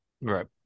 Right